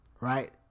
right